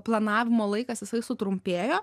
planavimo laikas jisai sutrumpėjo